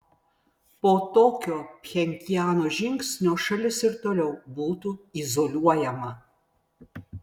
po tokio pchenjano žingsnio šalis ir toliau būtų izoliuojama